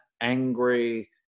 angry